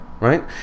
right